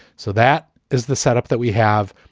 so that is the setup that we have.